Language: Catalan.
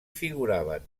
figuraven